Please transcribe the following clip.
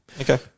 Okay